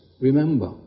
Remember